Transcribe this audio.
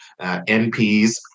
NPs